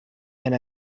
and